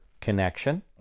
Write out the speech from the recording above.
connection